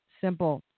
simple